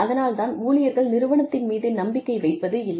அதனால்தான் ஊழியர்கள் நிறுவனத்தின் மீது நம்பிக்கை வைப்பது இல்லை